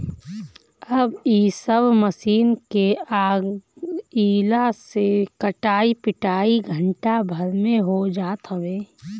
अब इ सब मशीन के आगइला से कटाई पिटाई घंटा भर में हो जात हवे